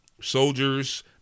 soldiers